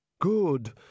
Good